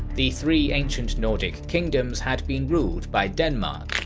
the three ancient nordic kingdoms had been ruled by denmark,